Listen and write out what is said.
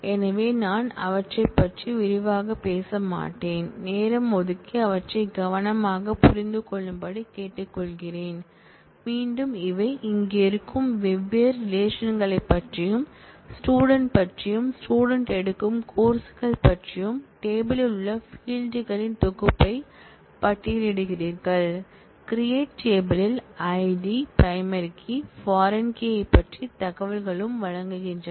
எனவே நான் அவற்றைப் பற்றி விரிவாகப் பேசமாட்டேன் நேரம் ஒதுக்கி அவற்றை கவனமாக புரிந்து கொள்ளும்படி கேட்டுக்கொள்கிறேன் மீண்டும் இவை இங்கே இருக்கும் வெவ்வேறு ரிலேஷன் களைப் பற்றியும் ஸ்டூடெண்ட் பற்றியும் ஸ்டூடெண்ட் எடுக்கும் கோர்ஸ் பற்றியும் டேபிள் யில் உள்ள ஃபீல்ட் களின் தொகுப்பை பட்டியலிட்டுள்ளீர்கள் CREATE TABLE ல் ID primary key foreign key யைப் பற்றிய தகவல்களும் வழங்குகின்றன